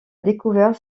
découvert